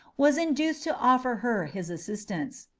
was induced to offer her his assistance.